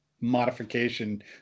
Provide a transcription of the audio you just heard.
modification